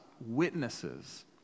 witnesses